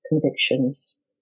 convictions